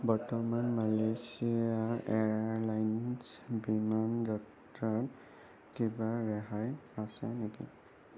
বৰ্তমান Malaysia airlines বিমান যাত্ৰাত কিবা ৰেহাই আছে নেকি